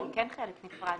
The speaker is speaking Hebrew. הם כן חלק נפרד.